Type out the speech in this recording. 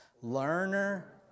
Learner